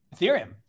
Ethereum